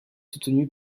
soutenue